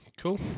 cool